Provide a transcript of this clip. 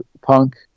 punk